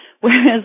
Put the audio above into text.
Whereas